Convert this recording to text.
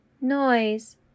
noise